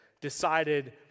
decided